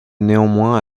néanmoins